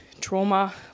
trauma